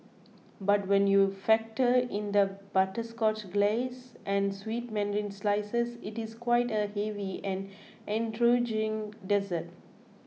but when you factor in the butterscotch glace and sweet mandarin slices it is quite a heavy and intriguing dessert